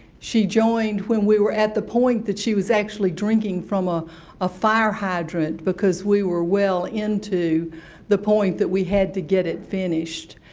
she joined when we were at the point that she was actually drinking from ah a fire hydrant, because we were well into the point that we had to get it finished.